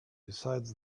besides